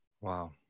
Wow